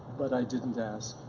but i didn't ask.